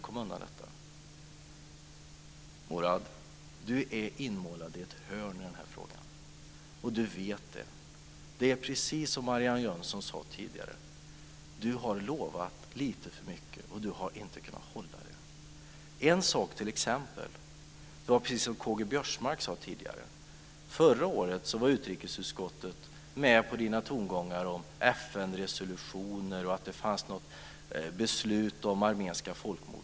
Murad Artin är inmålad i ett hörn i den här frågan, och han vet det. Det är precis som Marianne Jönsson sade tidigare, Murad Artin har lovat lite för mycket och inte kunnat hålla det. Förra året var utrikesutskottet med på Murad Artins tongångar om FN-resolutioner och att det fanns ett beslut om det armeniska folkmordet.